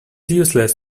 useless